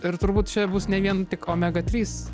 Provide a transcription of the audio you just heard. ir turbūt čia bus ne vien tik omega trys